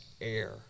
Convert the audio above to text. air